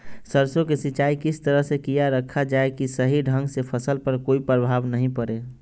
सरसों के सिंचाई किस तरह से किया रखा जाए कि सही ढंग से फसल पर कोई प्रभाव नहीं पड़े?